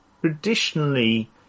traditionally